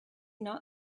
not